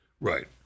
Right